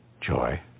joy